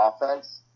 offense